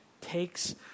takes